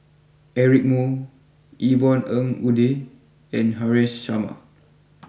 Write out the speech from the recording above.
Eric Moo Yvonne Ng Uhde and Haresh Sharma